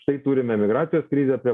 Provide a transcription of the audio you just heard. štai turime migracijos krizę prie